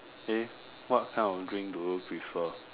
eh what kind of drink do you prefer